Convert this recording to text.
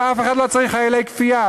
אף אחד לא צריך חיילי כפייה,